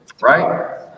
right